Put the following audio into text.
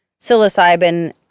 psilocybin